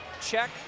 check